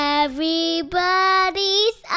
everybody's